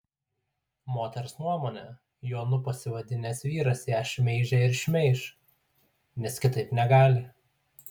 moters nuomone jonu pasivadinęs vyras ją šmeižė ir šmeiš nes kitaip negali